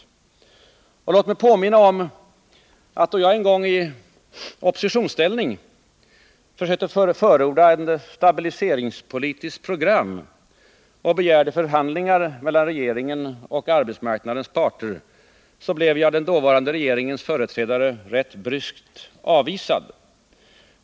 Låt mig påminna om att då jag en gång i oppositionsställning försökte förorda ett stabiliseringspolitiskt program och begärde förhandlingar mellan regeringen och arbetsmarknadens parter blev jag av den dåvarande regeringens företrädare rätt bryskt avvisad.